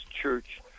church